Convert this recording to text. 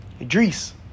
Idris